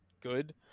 good